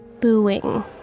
Booing